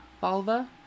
vulva